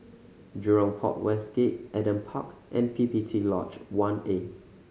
Jurong Port West Gate Adam Park and P P T Lodge One A